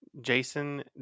Jason